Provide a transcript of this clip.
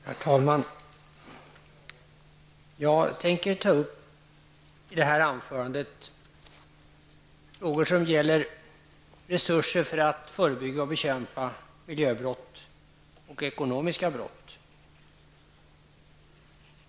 Herr talman! Jag tänker ta upp i mitt anförande frågor som gäller resurser för att förebygga och bekämpa miljöbrott och ekonomiska brott.